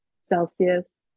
Celsius